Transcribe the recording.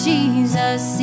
Jesus